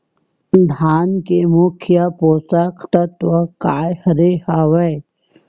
धान के मुख्य पोसक तत्व काय हर हावे?